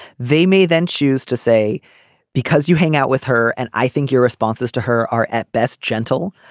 they may then choose to say because you hang out with her and i think your responses to her are at best gentle.